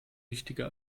wichtiger